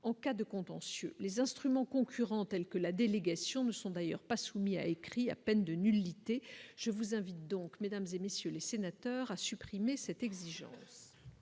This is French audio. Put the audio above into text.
en cas de contentieux les instruments concurrents tels que la délégation ne sont d'ailleurs pas soumis a écrit à peine de nullité, je vous invite donc, Mesdames et messieurs les sénateurs, à supprimer cette exigence.